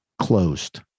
closed